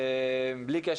בלי קשר,